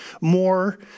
more